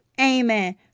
Amen